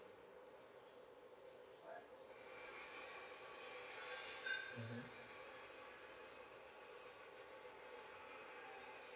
uh mm